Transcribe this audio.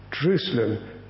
Jerusalem